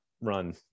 run